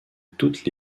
toutes